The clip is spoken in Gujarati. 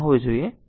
તેથી અહીં t 0